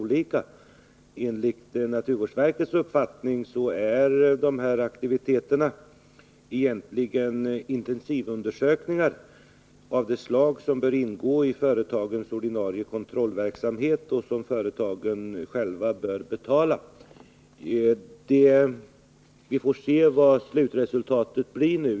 Enligt naturvårdsverkets uppfattning är dessa aktiviteter egentligen intensivundersökningar av det slag som bör ingå i företagens ordinarie kontrollverksamhet och som företagen själva bör betala. Vi får se vad slutreslutatet blir.